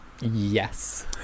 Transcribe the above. Yes